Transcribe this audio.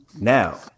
Now